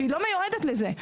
שהיא לא מיועדת לזה,